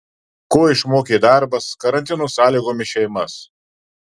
ko išmokė darbas karantino sąlygomis šeimas